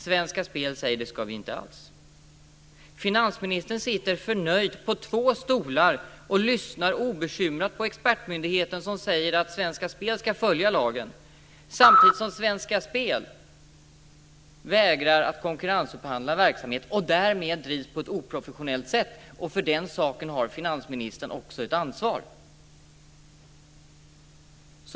Svenska Spel säger: Det ska vi inte alls. Finansministern sitter förnöjd på två stolar och lyssnar obekymrat på expertmyndigheten som säger att Svenska Spel ska följa lagen. Samtidigt vägrar Svenska Spel att konkurrensupphandla verksamhet. Därmed drivs det på ett oprofessionellt sätt, och för den saken har finansministern också ett ansvar.